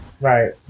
Right